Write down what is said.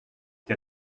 der